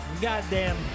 Goddamn